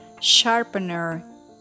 Sharpener